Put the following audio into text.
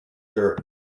dirt